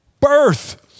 birth